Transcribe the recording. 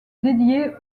dédiée